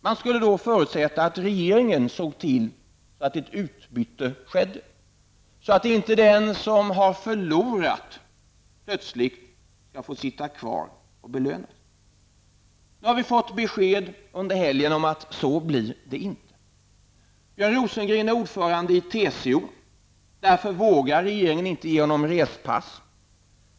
Man skulle då förutsätta att regeringen såg till att ett utbyte skedde, så att inte den som har förlorat plötsligt skall få sitta kvar och belönas. Nu har vi under helgen fått besked om att så blir det inte. Björn Rosengren är ordförande i TCO. Därför vågar regeringen inte ge honom respass.